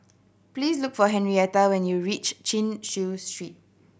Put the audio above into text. please look for Henrietta when you reach Chin Chew Street